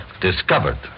discovered